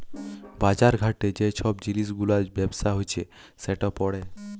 বাজার ঘাটে যে ছব জিলিস গুলার ব্যবসা হছে সেট পড়ে